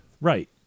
right